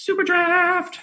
Superdraft